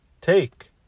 take